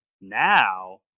now